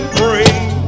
bring